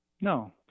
no